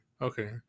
Okay